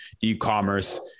e-commerce